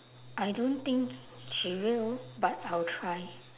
I don't think she will but I will try